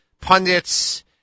pundits